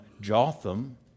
jotham